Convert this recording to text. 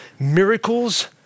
Miracles